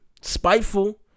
spiteful